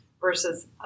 versus